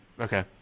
Okay